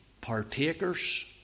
partakers